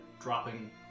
dropping